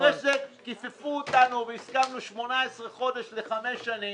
אחרי כן כופפו אותנו והסכמנו ל- 18 חודשים למשך חמש שנים